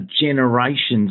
generations